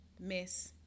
miss